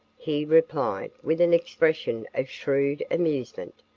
he replied with an expression of shrewd amusement.